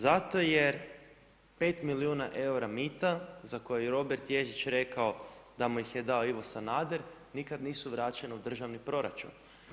Zato jer 5 milijuna eura mita za koje Robert Ježić rekao da mu ih je dao Ivo Sanader nikad nisu vraćeni u državni proračun.